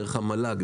דרך המל"ג,